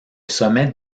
sommet